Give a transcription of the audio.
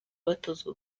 batozwa